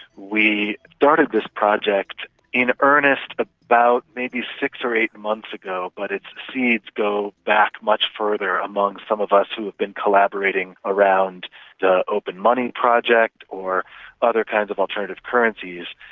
we started this project in earnest about maybe six or eight months ago, but its seeds go back much further among some of us who have been collaborating around the open money project or other kinds of alternative currencies.